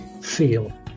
feel